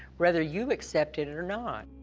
whether you accept it and or not.